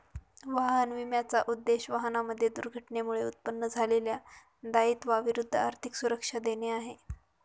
वाहन विम्याचा उद्देश, वाहनांमध्ये दुर्घटनेमुळे उत्पन्न झालेल्या दायित्वा विरुद्ध आर्थिक सुरक्षा देणे आहे